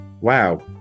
wow